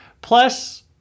Plus